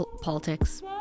politics